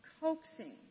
coaxing